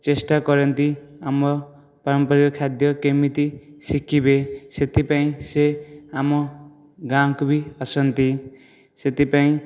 ଚେଷ୍ଟା କରନ୍ତି ଆମ ପାରମ୍ପାରିକ ଖାଦ୍ୟ କେମିତି ଶିଖିବେ ସେଥିପାଇଁ ସେ ଆମ ଗାଁ କୁ ବି ଆସନ୍ତି ସେଥିପାଇଁ